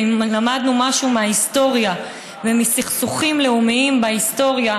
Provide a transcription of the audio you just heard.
ואם למדנו משהו מההיסטוריה ומסכסוכים לאומיים בהיסטוריה,